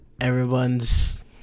everyone's